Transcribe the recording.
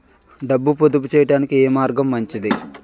డబ్బు పొదుపు చేయటానికి ఏ మార్గం మంచిది?